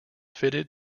fitted